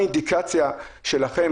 למשטרה יש כלים ויכולת לקבל,